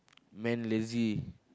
man lazy